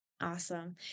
Awesome